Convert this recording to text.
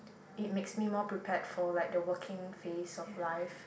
it makes me more prepared for like the working phase of life